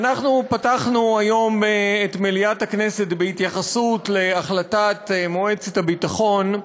אנחנו פתחנו היום את מליאת הכנסת בהתייחסות להחלטת מועצת הביטחון,